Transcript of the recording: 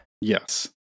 Yes